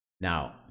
Now